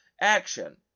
action